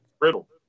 riddle